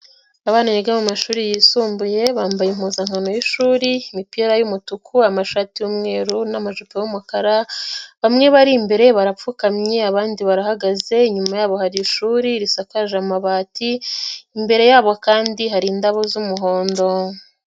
Abana biga mu mashuri yisumbuye bambaye impuzankano y'ishuri, imipira y'umutuku, amashati y'umweru, n'amajipo' y'umukara, bamwe bari imbere barapfukamye, abandi barahagaze, inyuma yabo hari ishuri risakaje amabati, imbere yabo kandi hari indabo z'umuhondo.